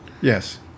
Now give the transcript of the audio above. Yes